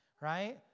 right